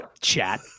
chat